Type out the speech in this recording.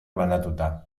banatuta